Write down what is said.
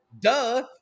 Duh